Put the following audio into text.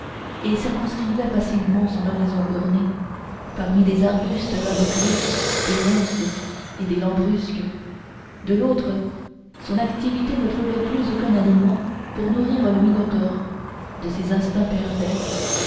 et circonscrivait passivement son horizon borné parmi des arbustes rabougris des ronces et des lambrusques de l'autre son activité ne trouvait plus aucun aliment pour nourrir le minotaure de ses instincts pervers